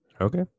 okay